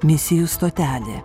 misijų stotelė